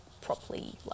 properly